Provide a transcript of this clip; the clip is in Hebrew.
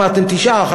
לא.